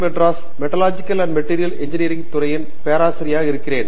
மெட்ராசில் metallurgical and material engineering துறையின் பேராசிரியராக இருக்கிறேன்